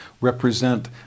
represent